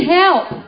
help